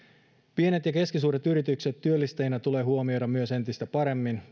pienet ja keskisuuret yritykset työllistäjinä tulee huomioida myös entistä paremmin